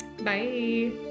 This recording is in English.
Bye